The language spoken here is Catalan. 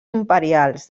imperials